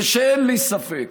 אין לי ספק,